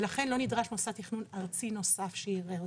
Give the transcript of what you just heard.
ולכן לא נדרש מוסד תכנון ארצי נוסף שיאשר אותה.